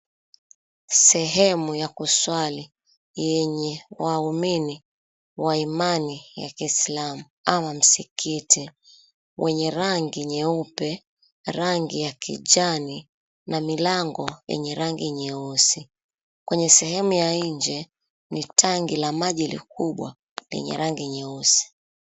Sehemu ya kuswali yenye waumini wa imani ya kiislamu, ama msikiti, wenye rangi nyeupe, rangi ya kijani na milango yenye rangi nyeusi. Kwenye sehemu ya nje ni tangi la maji likubwa lenye rangi nyeusi.